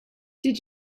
did